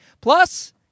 Plus